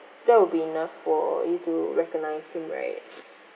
that will be enough for you to recognise him right